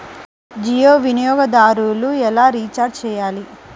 జియో వినియోగదారులు ఎలా రీఛార్జ్ చేయాలి?